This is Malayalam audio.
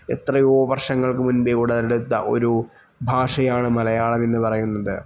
എത്രയോ വർഷങ്ങൾക്ക് മുൻപേ ഉടലെടുത്ത ഒരു ഭാഷയാണ് മലയാളമെന്ന് പറയുന്നത്